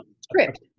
script